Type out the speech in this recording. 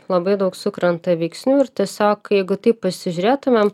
labai daug sukrenta veiksnių ir tiesiog jeigu taip pasižiūrėtumėm